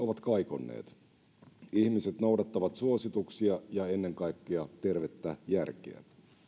ovat kaikonneet ihmiset noudattavat suosituksia ja ennen kaikkea tervettä järkeä